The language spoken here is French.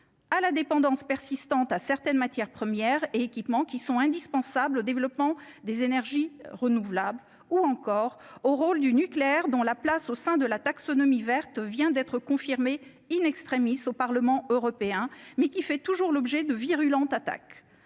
à la dépendance persistante à certaines matières premières, équipements qui sont indispensables au développement des énergies renouvelables ou encore au rôle du nucléaire dont la place au sein de la taxonomie verte vient d'être confirmée in-extremis au Parlement européen, mais qui fait toujours l'objet de virulentes attaques